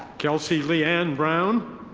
kelsey leeann brown.